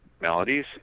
melodies